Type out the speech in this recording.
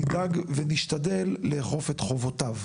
נדאג ונשתדל לאכוף את חובותיו,